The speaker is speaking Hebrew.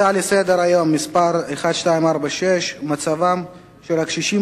הצעה לסדר-היום מס' 1246: מצבם של הקשישים